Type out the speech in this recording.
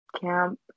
Camp